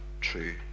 true